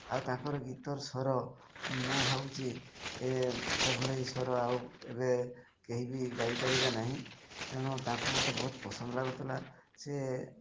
ଆଉ ତାଙ୍କର ଗୀତର ସ୍ୱର ମୁଁ ଭାବୁଛି ଏ ସେଭଳି ସ୍ୱର ଆଉ କେବେ କେହି ବି ଗାଇପାରିବା ନାହିଁ ତେଣୁ ତାଙ୍କୁ ମୋତେ ବହୁତ ପସନ୍ଦ ଲାଗୁଥିଲା ସେ